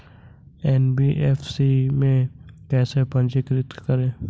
NBFC में कैसे पंजीकृत करें?